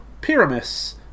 Pyramus